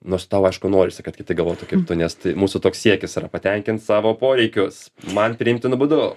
nors tau aišku norisi kad kiti galvotų kaip tu nes tai mūsų toks siekis yra patenkint savo poreikius man priimtinu būdu